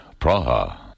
Praha